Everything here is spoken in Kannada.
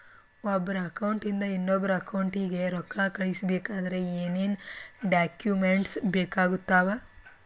ಒಬ್ಬರ ಅಕೌಂಟ್ ಇಂದ ಇನ್ನೊಬ್ಬರ ಅಕೌಂಟಿಗೆ ರೊಕ್ಕ ಕಳಿಸಬೇಕಾದ್ರೆ ಏನೇನ್ ಡಾಕ್ಯೂಮೆಂಟ್ಸ್ ಬೇಕಾಗುತ್ತಾವ?